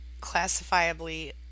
classifiably